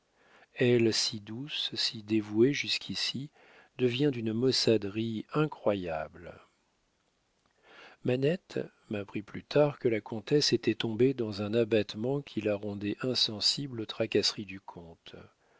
elle si douce si dévouée jusqu'ici devient d'une maussaderie incroyable manette m'apprit plus tard que la comtesse était tombée dans un abattement qui la rendait insensible aux tracasseries du